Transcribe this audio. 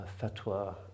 fatwa